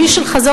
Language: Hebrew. הוא איש של חזון,